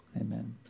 Amen